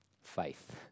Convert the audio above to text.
Faith